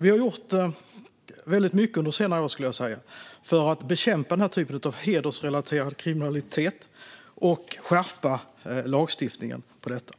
Vi har gjort väldigt mycket under senare år för att bekämpa denna typ av hedersrelaterad kriminalitet och skärpa lagstiftningen på området.